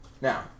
Now